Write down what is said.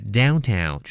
downtown